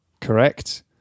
Correct